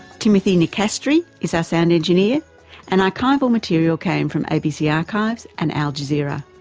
timothy nicastri is our sound engineer and archival material came from abc archives and al jazeera.